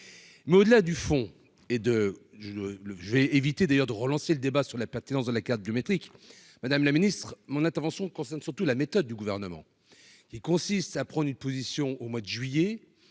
mais au-delà du fond et de, je ne le j'ai évité d'ailleurs de relancer le débat sur la pertinence de la carte biométrique, Madame la Ministre, mon intervention concerne surtout la méthode du gouvernement qui consiste à prendre une position au mois de juillet,